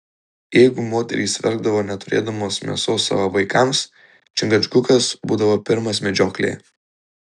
jeigu moterys verkdavo neturėdamos mėsos savo vaikams čingačgukas būdavo pirmas medžioklėje